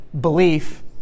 belief